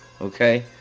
Okay